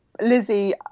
Lizzie